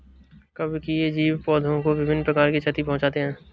कवकीय जीव पौधों को विभिन्न प्रकार की क्षति पहुँचाते हैं